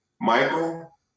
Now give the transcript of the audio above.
Michael